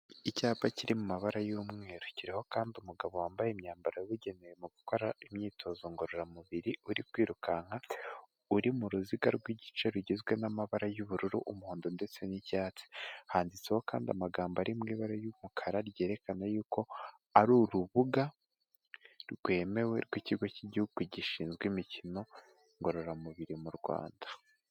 Icyapa kiri mu mabara y'umweru kiriho kandi umugabo wambaye imyambaro yabugenewe mu gukora imyitozo ngororamubiri. Uri kwirukanka, uri mu ruziga rw'igice rugizwe n'amabara y'ubururu, umuhondo ndetse n'icyatsi. Handitseho kandi amagambo ari mu ibara y'umukara ryerekana yuko ari urubuga rwemewe rw'ikigo cy'igihugu gishinzwe imikino ngororamubiri mu rwanda.